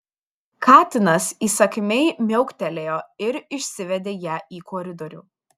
katinas įsakmiai miauktelėjo ir išsivedė ją į koridorių